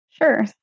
Sure